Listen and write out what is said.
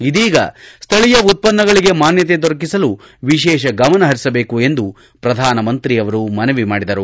ಇದೀಗ ಸ್ಥಳೀಯ ಉತ್ಪನ್ನಗಳಿಗೆ ಮಾನ್ಯತೆ ದೊರಕಿಸಲು ವಿಶೇಷ ಗಮನಹರಿಸಬೇಕು ಎಂದು ಪ್ರಧಾನಮಂತ್ರಿ ಅವರು ಮನವಿ ಮಾಡಿದರು